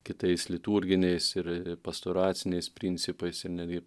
kitais liturginiais ir pastoraciniais principais ir netgi